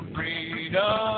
Freedom